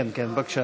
כן, בבקשה.